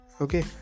okay